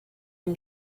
him